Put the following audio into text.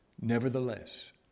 Nevertheless